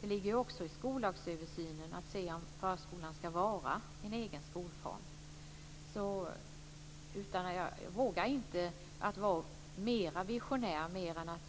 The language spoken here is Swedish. Det ligger också i skollagsöversynen att se om förskolan ska vara en egen skolform. Jag vågar inte vara mer visionär än så.